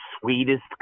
sweetest